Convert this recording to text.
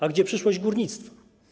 A gdzie przyszłość górnictwa?